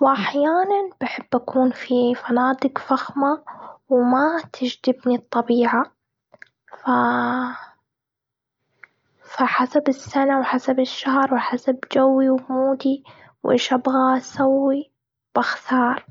واحيانا بحب أكون في فنادق فخمة، وما تجذبني الطبيعه. فا فحسب السنة، وحسب الشهر، وحسب جوي ومودي، وايش ابغى اسوي، بختار.